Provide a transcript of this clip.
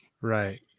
Right